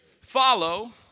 follow